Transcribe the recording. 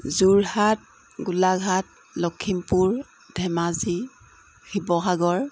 Jorhat Golaghat Lakhimpur Dhemaji Sivasagar